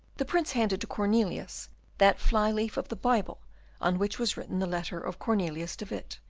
the prince handed to cornelius that fly-leaf of the bible on which was written the letter of cornelius de witt,